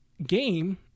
Game